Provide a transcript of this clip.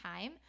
time